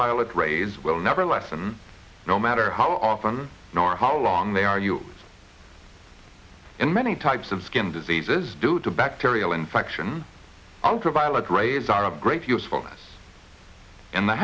violet rays will never lessen no matter how often nor how long they are you in many types of skin diseases due to bacterial infection ultraviolet rays are of great usefulness in the